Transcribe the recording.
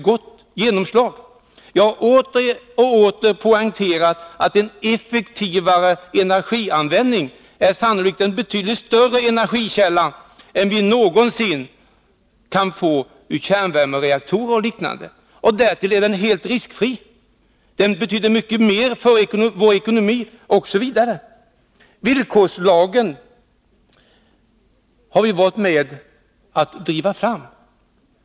Jag har åter och åter poängterat att en effektivare energianvändning sannolikt är en betydligt större energikälla än kärnreaktorer och liknande. Och därtill är den helt riskfri. Den betyder mycket mer för vår ekonomi. Villkorslagen har vi varit med om att driva fram.